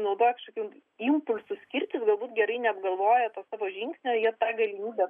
naudoja kažkokiu impulsu skirtis galbūt gerai neapgalvoję to savo žingsnio jie tą galimybę